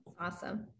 awesome